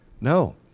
no